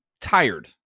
tired